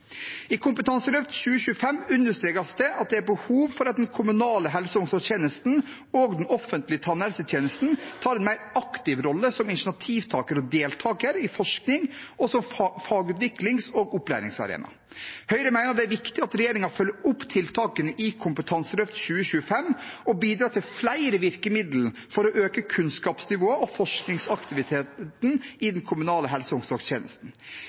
I Kompetanseløft 2025 understrekes det at det er behov for at den kommunale helse- og omsorgstjenesten og den offentlige tannhelsetjenesten tar en mer aktiv rolle som initiativtaker og deltaker i forskning, og som fagutviklings- og opplæringsarena. Høyre mener det er viktig at regjeringen følger opp tiltakene i Kompetanseløft 2025 og bidrar til flere virkemidler for å øke kunnskapsnivået og forskningsaktiviteten i den kommunale helse- og omsorgstjenesten.